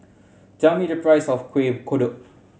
tell me the price of Kueh Kodok